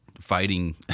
fighting